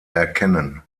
erkennen